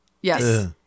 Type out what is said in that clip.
Yes